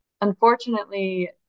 unfortunately